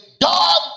God